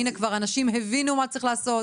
הנה, כבר אנשים הבינו מה צריך לעשות.